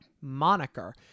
moniker